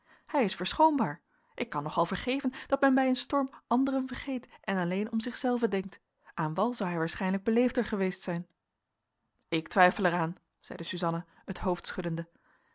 hij is verschoonbaar ik kan nog al vergeven dat men bij een storm anderen vergeet en alleen om zich zelven denkt aan wal zou hij waarschijnlijk beleefder geweest zijn ik twijfel er aan zeide suzanna het hoofd schuddende